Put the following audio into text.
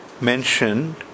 mentioned